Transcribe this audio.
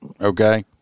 Okay